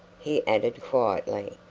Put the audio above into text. he added quietly,